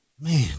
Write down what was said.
man